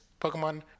Pokemon